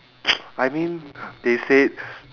I mean they said